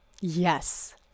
Yes